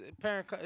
parent